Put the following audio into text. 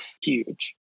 huge